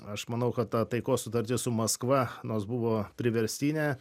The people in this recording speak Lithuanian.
aš manau kad ta taikos sutartis su maskva nors buvo priverstinė